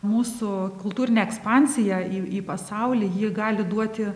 mūsų kultūrinė ekspansija į į pasaulį ji gali duoti